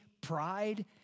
pride